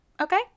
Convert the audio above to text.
Okay